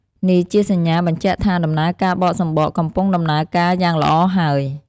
នេះជាសញ្ញាបញ្ជាក់ថាដំណើរការបកសម្បកកំពុងដំណើរការយ៉ាងល្អហើយ។